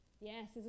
Yes